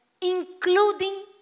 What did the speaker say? including